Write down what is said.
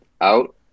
out